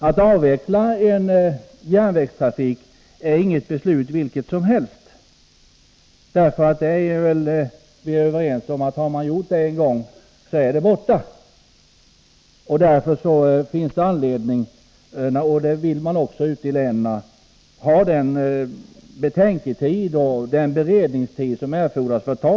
Att avveckla viss järnvägstrafik är inte ett beslut vilket som helst. Vi är väl överens om att om man en gång har fattat ett sådant beslut så är trafiken borta. Därför vill man ute i länen ha den beredningstid som erfordras.